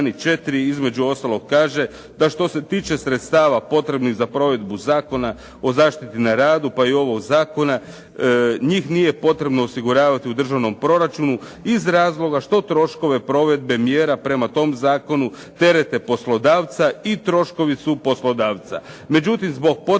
između ostalog kaže da što se tiče sredstva potrebnih za provedbu Zakona o zaštiti na radu pa i ovog zakona njih nije potrebno osiguravati u državnom proračunu iz razloga što troškove provedbe mjera prema tom zakonu terete poslodavca i troškovi su poslodavca.